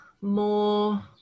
more